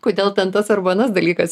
kodėl ten tas arba anas dalykas